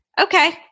Okay